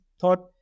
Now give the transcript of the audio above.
thought